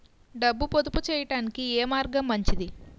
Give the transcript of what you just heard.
డబ్బు పొదుపు చేయటానికి ఏ మార్గం మంచిది?